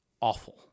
awful